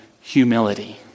humility